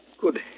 Good